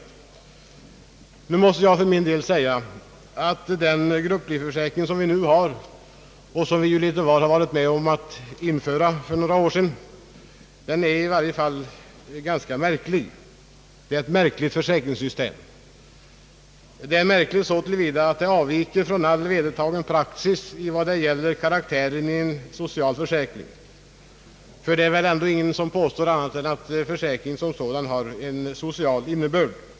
Jag måste för min del säga att den grupplivförsäkring, som nu finns och som vi ju litet var varit med om att införa för några år sedan, i varje fall är ganska märklig. Den ingår i ett försäkringssystem, som är märkligt så till vida, att det avviker från all vedertagen praxis när det gäller karaktären av en social försäkring, ty ingen kan väl påstå annat än att försäkringen som sådan har en social innebörd.